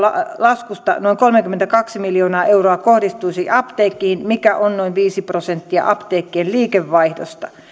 laskusta noin kolmekymmentäkaksi miljoonaa euroa kohdistuisi apteekkeihin mikä on noin viisi prosenttia apteekkien liikevaihdosta